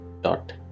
dot